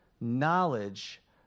knowledge